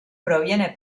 proviene